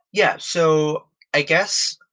yeah. so i guess,